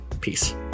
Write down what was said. Peace